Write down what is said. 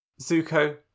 Zuko